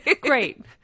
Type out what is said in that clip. great